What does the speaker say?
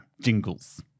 Jingles